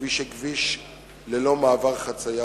כפי שכביש ללא מעבר חצייה,